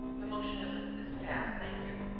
the motion is ah is passed. thank you.